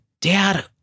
Dad